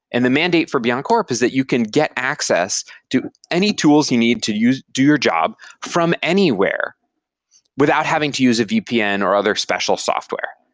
and the mandate for beyondcorp is that you can get access to any tools you need to do your job from anywhere without having to use a vpn or other special software.